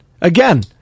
again